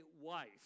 wife